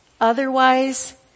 Otherwise